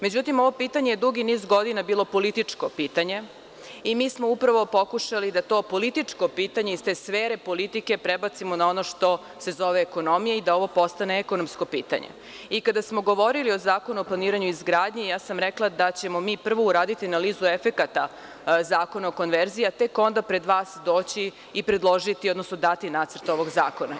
Međutim, ovo pitanje dugi niz godina je bilo političko pitanje i mi smo upravo pokušali da to političko pitanje iz te sfere politike prebacimo na ono što se zove ekonomija i da to postane ekonomsko pitanje i kada smo govorili o Zakonu o planiranju i izgradnji ja sam rekla da ćemo mi prvo uraditi analizu efekata Zakona o konverziji, a tek onda pred vas doći predložiti odnosno dati nacrt ovog zakona.